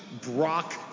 Brock